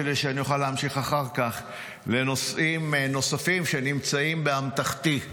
כדי שאני אוכל להמשיך אחר כך לנושאים נוספים שנמצאים באמתחתי.